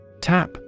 Tap